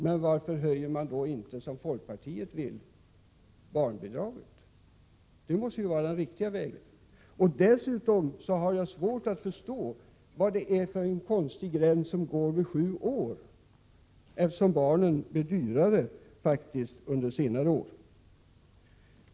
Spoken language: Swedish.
Men varför höjer man då inte, som folkpartiet vill, barnbidraget? Det måste ju vara den riktiga vägen. Dessutom har jag svårt att förstå vad det är för en konstig gräns som går vid sju år, eftersom barnen faktiskt blir dyrare under senare år.